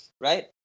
right